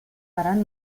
harán